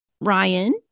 Ryan